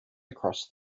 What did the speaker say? across